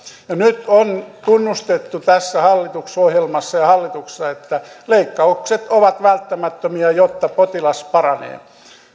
nyt on tunnustettu tässä hallitusohjelmassa ja hallituksessa että leikkaukset ovat välttämättömiä jotta potilas paranee